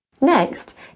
Next